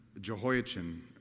Jehoiachin